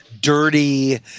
dirty